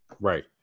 Right